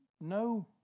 no